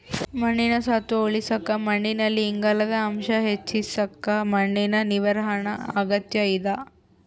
ಮಣ್ಣಿನ ಸತ್ವ ಉಳಸಾಕ ಮಣ್ಣಿನಲ್ಲಿ ಇಂಗಾಲದ ಅಂಶ ಹೆಚ್ಚಿಸಕ ಮಣ್ಣಿನ ನಿರ್ವಹಣಾ ಅಗತ್ಯ ಇದ